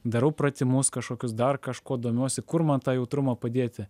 darau pratimus kažkokius dar kažkuo domiuosi kur man tą jautrumą padėti